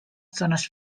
zonas